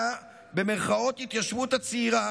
להתיישבות הצעירה,